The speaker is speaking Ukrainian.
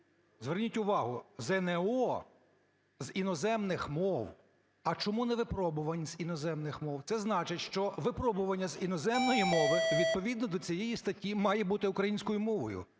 зверніть увагу! – "ЗНО з іноземних мов". А чому не "випробувань з іноземних мов"? Це значить, що випробування з іноземної мови відповідно до цієї статті має бути українською мовою.